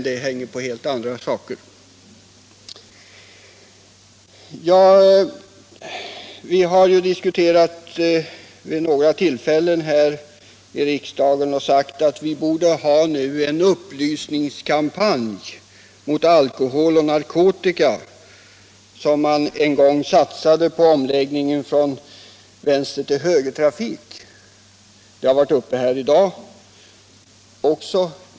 Det är helt andra saker som spelar in i debatten. Det har vid flera tillfällen, bl.a. i dag, i riksdagen sagts att man borde satsa på en upplysningskampanj mot alkohol och narkotika i likhet med den kampanj man en gång satsade på när det gällde omläggningen från vänstertill högertrafik.